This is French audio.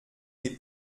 les